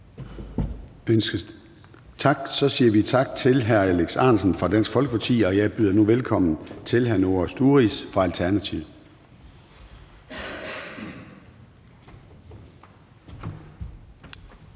Tak. Så siger vi tak til hr. Alex Ahrendtsen fra Dansk Folkeparti. Og jeg byder nu velkommen til hr. Noah Sturis fra Alternativet.